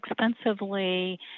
expensively